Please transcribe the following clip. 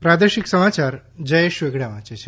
પ્રાદેશિક સમાચાર જયેશ વેગડા વાંચે છે